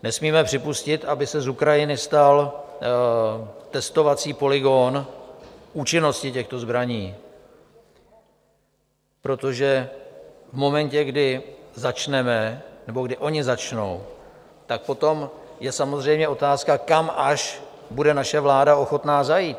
Nesmíme připustit, aby se z Ukrajiny stal testovací polygon účinností těchto zbraní, protože v momentě, kdy začneme, nebo kdy oni začnou, tak potom je samozřejmě otázka, kam až bude naše vláda ochotná zajít.